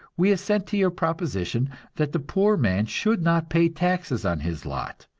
we assent to your proposition that the poor man should not pay taxes on his lot,